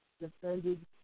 defended